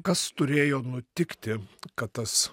kas turėjo nutikti kad tas